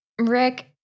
Rick